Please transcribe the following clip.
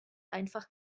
einfach